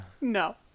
no